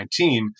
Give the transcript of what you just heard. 2019